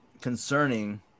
concerning